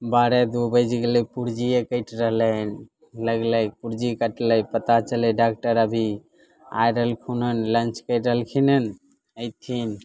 बारह दू बजि गेलै पूर्जिए कटि रहलै हन लगलै पुर्जी कटलै पता चललै डॉक्टर अभी आ रहलखुन हन लंच करि रहलखिन हँ अयथिन